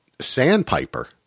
Sandpiper